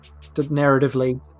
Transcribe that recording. narratively